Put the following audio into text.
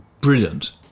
brilliant